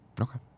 Okay